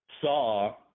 saw